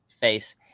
face